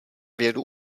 věru